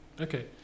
Okay